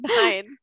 nine